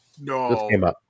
No